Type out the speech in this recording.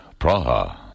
Praha